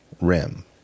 rim